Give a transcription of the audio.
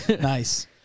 Nice